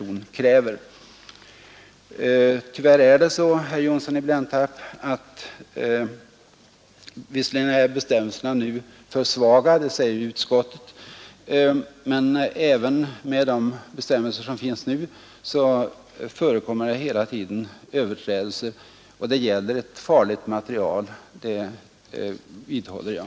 HN d R 3 — Tyvärr är det så, herr Johnsson i Blentarp, att bestämmelserna nu är Förbud mot an E för svaga — det säger utskottet men även med de bestämmelser som vändning av asbest finns förekommer det hela tiden överträdelser. Och det gäller här ett farligt material — det vidhåller jag.